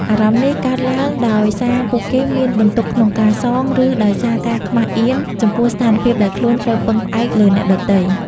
អារម្មណ៍នេះអាចកើតឡើងដោយសារពួកគេមានបន្ទុកក្នុងការសង ឬដោយសារការខ្មាសអៀនចំពោះស្ថានភាពដែលខ្លួនត្រូវពឹងផ្អែកលើអ្នកដទៃ។